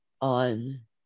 on